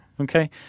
Okay